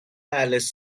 alice